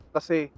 Kasi